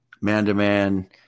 man-to-man